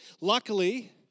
Luckily